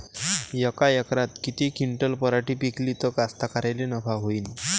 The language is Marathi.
यका एकरात किती क्विंटल पराटी पिकली त कास्तकाराइले नफा होईन?